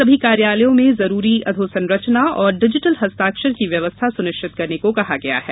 सभी कार्यालयों में जरूरी अधोसंरचना और डिजिटल हस्ताक्षर की व्यवस्था सुनिश्चित करने को कहा गया है